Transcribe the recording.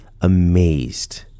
amazed